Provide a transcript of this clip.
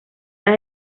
las